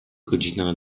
godzina